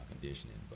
conditioning